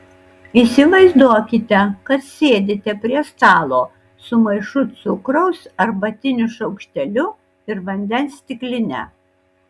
įsivaizduokite kad sėdite prie stalo su maišu cukraus arbatiniu šaukšteliu ir vandens stikline